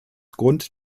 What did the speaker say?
grund